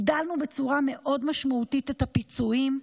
הגדלנו בצורה מאוד משמעותית את הפיצויים,